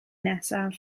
nesaf